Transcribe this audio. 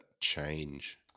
change